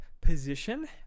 position